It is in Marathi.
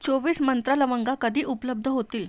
चोवीस मंत्रा लवंगा कधी उपलब्ध होतील